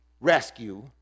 rescue